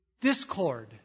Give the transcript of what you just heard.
discord